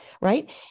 Right